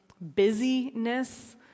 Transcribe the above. busyness